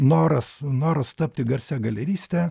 noras noras tapti garsia galeriste